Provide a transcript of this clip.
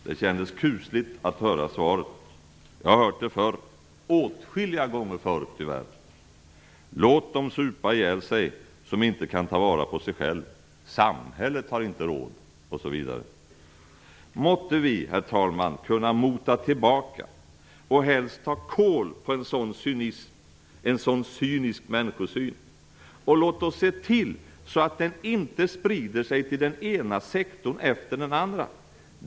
Det kändes kusligt att höra deras svar som jag tyvärr har hört åtskilliga gånger förr: Låt dem som inte kan ta vara på sig själva supa ihjäl sig. Samhället har inte råd. Måtte vi, herr talman, kunna mota tillbaka och helst ta kål på en sådan cynisk människosyn. Och låt oss se till att den inte sprider sig till den ena sektorn efter den andra.